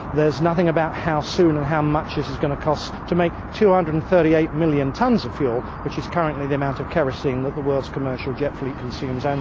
there's nothing about how soon and how much it's going to cost to make two hundred and thirty eight million tonnes of fuel, which is currently the amount of kerosene that the world's commercial jet fleet consumes um